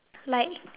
like